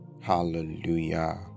Hallelujah